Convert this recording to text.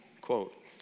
quote